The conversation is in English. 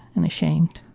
and ashamed.